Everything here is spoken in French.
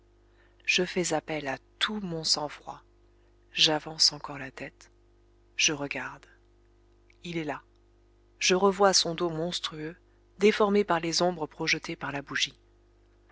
je fais appel à tout mon sang-froid j'avance encore la tête je regarde il est là je revois son dos monstrueux déformé par les ombres projetées par la bougie